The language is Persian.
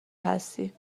هستی